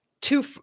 Two